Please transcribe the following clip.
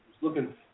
looking